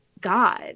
God